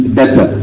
better